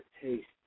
taste